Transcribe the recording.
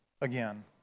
again